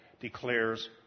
declares